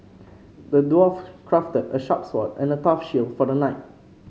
the dwarf crafted a sharp sword and a tough shield for the knight